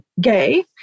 gay